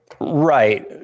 right